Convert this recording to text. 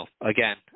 Again